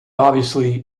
obviously